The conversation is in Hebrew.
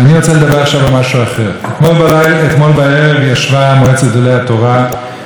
אתמול בערב ישבה מועצת גדולי התורה ודיברה על זה שעלינו,